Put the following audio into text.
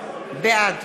בעד